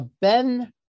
Ben